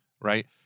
right